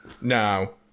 No